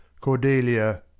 Cordelia